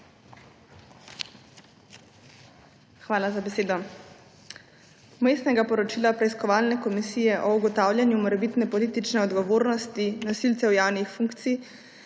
Hvala za besedo. Vmesnega poročila preiskovalne komisije o ugotavljanju morebitne politične odgovornosti nosilcev javnih funkcij